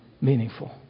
meaningful